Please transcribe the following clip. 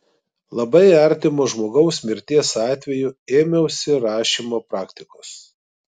labai artimo žmogaus mirties atveju ėmiausi rašymo praktikos